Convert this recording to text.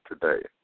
today